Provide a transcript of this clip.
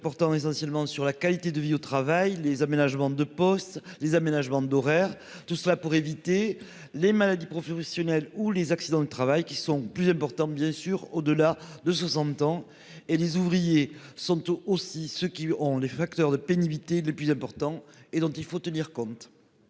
portant essentiellement sur la qualité de vie au travail, les aménagements de poste les aménagements d'horaires. Tout cela pour éviter les maladies professionnelles ou les accidents du travail qui sont plus importants bien sûr au delà de 60 ans et les ouvriers sont aussi ceux qui ont les facteurs de pénibilité les plus importants et dont il faut tenir compte.